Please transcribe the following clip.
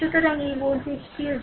সুতরাং এই ভোল্টেজটি v3